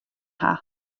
haw